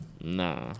Nah